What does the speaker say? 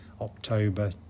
October